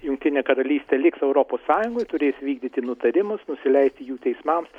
jungtinė karalystė liks europos sąjungoj turės vykdyti nutarimus nusileisti jų teismams